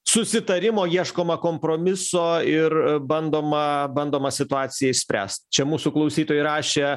susitarimo ieškoma kompromiso ir bandoma bandoma situaciją išspręst čia mūsų klausytojai rašė